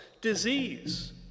Disease